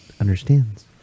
understands